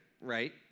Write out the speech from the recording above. right